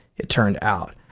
it turned out,